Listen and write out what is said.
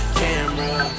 camera